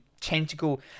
tentacle